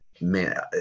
Man